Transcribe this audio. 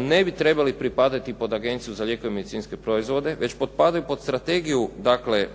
ne bi trebali pripadati pod Agenciju za lijekove i medicinske proizvode već potpadaju pod Strategiju dakle